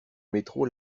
métro